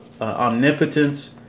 omnipotence